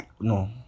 no